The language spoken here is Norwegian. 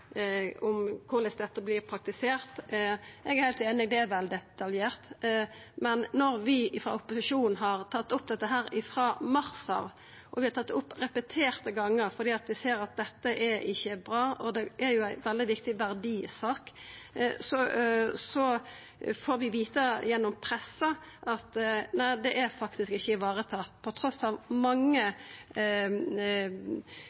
korleis dette vert praktisert. Eg er heilt einig – det er vel detaljert. Men når vi i opposisjonen repeterte gonger har tatt opp dette ifrå mars av fordi vi ser at dette ikkje er bra, og fordi det er ei veldig viktig verdisak, får vi vita gjennom pressa at nei, det er faktisk ikkje varetatt – trass i mange